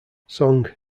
song